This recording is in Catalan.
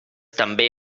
també